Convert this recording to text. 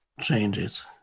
changes